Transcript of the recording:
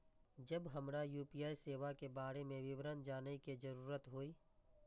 जब हमरा यू.पी.आई सेवा के बारे में विवरण जानय के जरुरत होय?